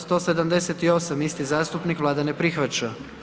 178. isti zastupnik Vlada ne prihvaća.